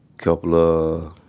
coupla,